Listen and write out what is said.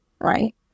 Right